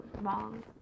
wrong